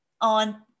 on